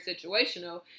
situational